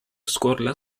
skorla